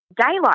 daylight